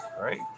right